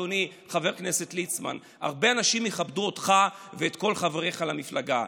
אדוני חבר הכנסת ליצמן: הרבה אנשים יכבדו אותך ואת כל חבריך למפלגה.